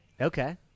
Okay